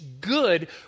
good